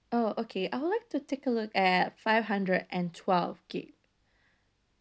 oh okay I'd like to take a look at five hundred and twelve gigabyte